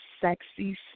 sexy